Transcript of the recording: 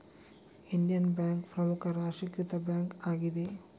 Indian Bank ಪ್ರಮುಖ ರಾಷ್ಟ್ರೀಕೃತ bank ಆಗಿದೆ